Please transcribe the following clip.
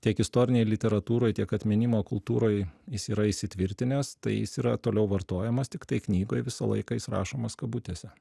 tiek istorinėj literatūroj tiek atminimo kultūroj jis yra įsitvirtinęs tai jis yra toliau vartojamas tiktai knygoj visą laiką jis rašomas kabutėse